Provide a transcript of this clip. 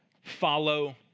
follow